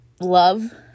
love